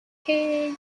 hey